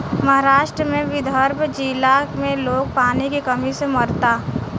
महाराष्ट्र के विदर्भ जिला में लोग पानी के कमी से मरता